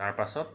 তাৰপাছত